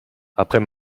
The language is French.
après